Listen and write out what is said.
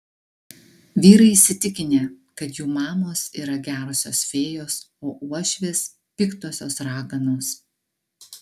vyrai įsitikinę kad jų mamos yra gerosios fėjos o uošvės piktosios raganos